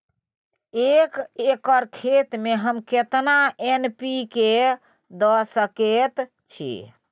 एक एकर खेत में हम केतना एन.पी.के द सकेत छी?